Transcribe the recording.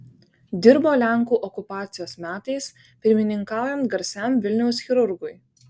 dirbo lenkų okupacijos metais pirmininkaujant garsiam vilniaus chirurgui